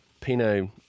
Pinot